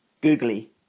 Googly